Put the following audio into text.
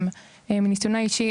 מניסיוני האישי,